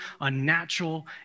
unnatural